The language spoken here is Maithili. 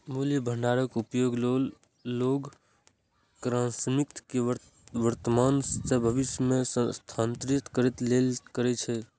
मूल्य भंडारक उपयोग लोग क्रयशक्ति कें वर्तमान सं भविष्य मे स्थानांतरित करै लेल करै छै